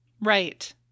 Right